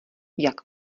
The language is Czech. jak